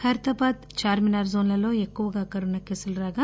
ఖైరతాబాద్ చార్మినార్ జోన్లలో ఎక్కువ కరోనా కేసులు రాగా